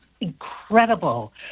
incredible